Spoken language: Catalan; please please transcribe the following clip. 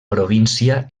província